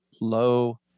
low